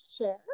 share